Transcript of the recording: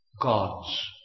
gods